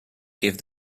gave